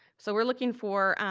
so we're looking for,